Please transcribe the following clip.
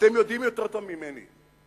יותר טוב ממני,